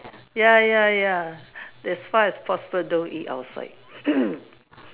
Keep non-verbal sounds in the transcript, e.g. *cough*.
ya ya ya as far as possible don't eat outside *coughs*